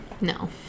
No